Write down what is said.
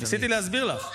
ניסיתי להסביר לך.